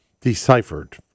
deciphered